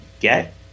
Get